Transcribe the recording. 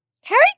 Harry